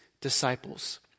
disciples